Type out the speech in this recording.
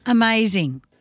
Amazing